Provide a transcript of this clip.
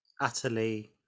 Utterly